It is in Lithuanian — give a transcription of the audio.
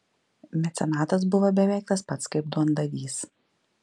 mecenatas buvo beveik tas pat kaip duondavys